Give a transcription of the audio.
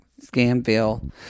Scamville